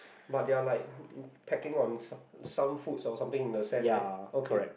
but they are like packing on some some food or something in the sand right